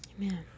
Amen